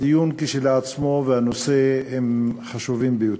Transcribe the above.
הדיון כשלעצמו והנושא הם חשובים ביותר.